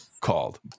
called